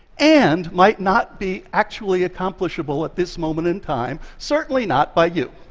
and might not be actually accomplishable at this moment in time, certainly not by you.